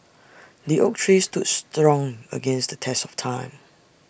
the oak tree stood strong against the test of time